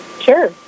Sure